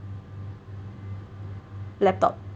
laptop